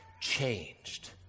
changed